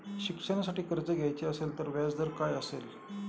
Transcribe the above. शिक्षणासाठी कर्ज घ्यायचे असेल तर व्याजदर काय असेल?